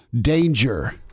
danger